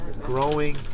growing